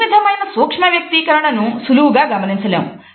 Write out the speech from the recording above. ఈ విధమైన సూక్ష్మ వ్యక్తీకరణను సులువుగా గమనించ లేము